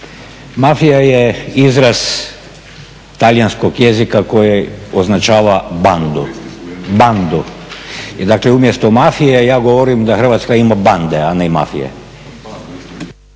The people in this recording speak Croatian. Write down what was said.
Mafija je izraz talijanskog jezika koji označava bandu i dakle umjesto mafije ja govorim da Hrvatska ima bande, a ne mafije.